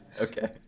Okay